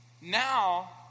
now